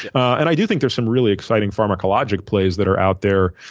and i do think there's some really exciting pharmacologic plays that are out there